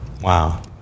Wow